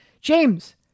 James